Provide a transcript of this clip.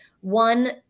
one